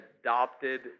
adopted